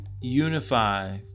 unify